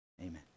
amen